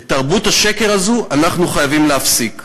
את תרבות השקר הזו אנחנו חייבים להפסיק.